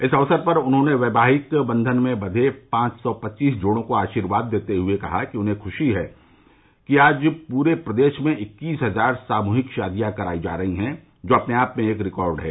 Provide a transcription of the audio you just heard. इस अवसर पर उन्होंने वैवाहिक बंधन में बंधे पांच सौ पच्चीस जोड़ों को आशीर्वाद देते हुए कहा कि उन्हें खुशी है कि आज पूरे प्रदेश में इक्कीस हजार सामूहिक शादियां कराई जा रहीं हैं जो अपने आप मे एक रिकॉर्ड है